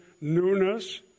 newness